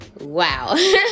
Wow